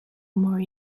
more